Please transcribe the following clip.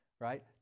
right